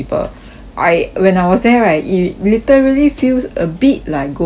I when I was there right it literally feels a bit like ghost town